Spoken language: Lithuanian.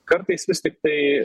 kartais vis tiktai